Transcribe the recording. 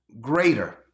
greater